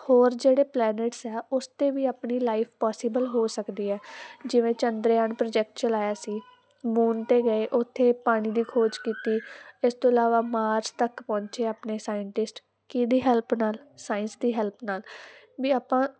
ਹੋਰ ਜਿਹੜੇ ਪਲੈਡਿਟਸ ਆ ਉਸ ਤੇ ਵੀ ਆਪਣੀ ਲਾਈਫ ਪੋਸੀਬਲ ਹੋ ਸਕਦੀ ਹ ਜਿਵੇਂ ਚੰਦਯਾਨ ਪ੍ਰੋਜੈਕਟ ਚਲਾਇਆ ਸੀ ਮੂਨ ਤੇ ਗਏ ਉੱਥੇ ਪਾਣੀ ਦੀ ਖੋਜ ਕੀਤੀ ਇਸ ਤੋਂ ਇਲਾਵਾ ਮਾਰਚ ਤੱਕ ਪਹੁੰਚਿਆ ਆਪਣੇ ਸਾਇੰਟਿਸਟ ਕਿਹਦੀ ਹੈਲਪ ਨਾਲ ਸਾਈਜ਼ ਦੀ ਹੈਲਪ ਨਾਲ ਵੀ ਆਪਾਂ